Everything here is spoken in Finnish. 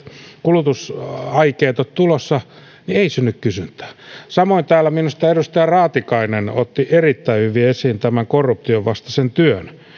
kulutusaikeita tulossa niin ei synny kysyntää samoin täällä minusta edustaja raatikainen otti erittäin hyvin esiin korruption vastaisen työn